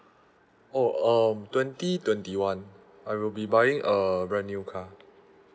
oh um twenty twenty one I will be buying a brand new car